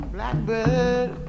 Blackbird